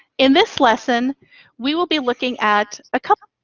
in this lesson we will be looking at a couple.